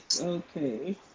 okay